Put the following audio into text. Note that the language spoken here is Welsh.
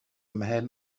mhen